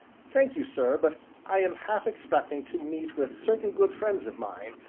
thank you, sir, but i am half expecting to meet with certain good friends of mine,